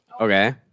okay